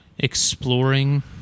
exploring